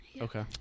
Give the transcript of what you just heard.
Okay